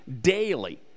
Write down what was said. daily